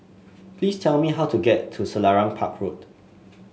please tell me how to get to Selarang Park Road